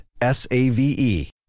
S-A-V-E